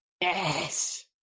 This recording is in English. yes